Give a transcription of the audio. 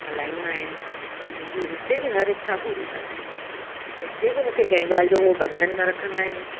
हलाईंदा आहिनि ऐं मुंहिंजी हिते बि हर इछा पूरी कंदा आहिनि हिते बि मूंखे कंहिं ॻाल्हि जो उहे ॿंधन न रखंदा आहिनि